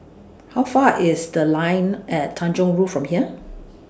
How Far IS The Line At Tanjong Rhu from here